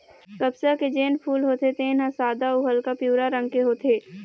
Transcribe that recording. कपसा के जेन फूल होथे तेन ह सादा अउ हल्का पीवरा रंग के होथे